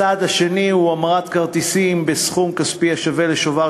הצעד השני הוא הוא המרת כרטיס בסכום כספי השווה לשובר,